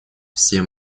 все